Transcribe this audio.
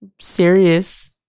serious